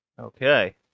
Okay